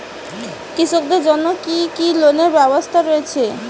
কৃষকদের জন্য কি কি লোনের ব্যবস্থা রয়েছে?